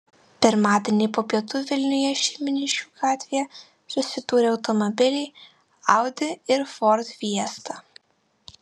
pirmadienį po pietų vilniuje šeimyniškių gatvėje susidūrė automobiliai audi ir ford fiesta